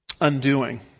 undoing